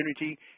energy